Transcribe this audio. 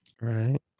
Right